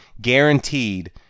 Guaranteed